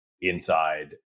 inside